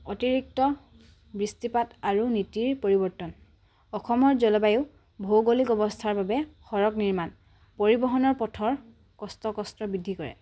অতিৰিক্ত বৃষ্টিপাত আৰু নীতিৰ পৰিৱৰ্তন অসমৰ জলবায়ু ভৌগোলিক অৱস্থাৰ বাবে সৰগ নিৰ্মাণ পৰিবহণৰ পথৰ কষ্ট কষ্ট বৃদ্ধি কৰে